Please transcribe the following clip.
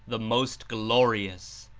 the most glorious,